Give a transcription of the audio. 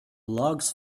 logs